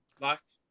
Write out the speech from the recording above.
locked